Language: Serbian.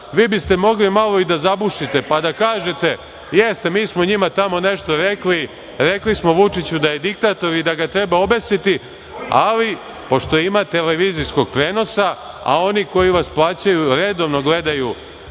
vi biste mogli malo i da zabušite, pa da kažete, jeste mi smo njima tamo nešto rekli, rekli smo Vučiću da je diktator i da ga treba obesiti, ali pošto ima TV prenosa, a oni koji vas plaćaju, redovno gledaju